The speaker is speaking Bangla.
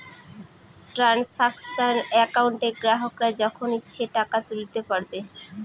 ট্রানসাকশান একাউন্টে গ্রাহকরা যখন ইচ্ছে টাকা তুলতে পারবে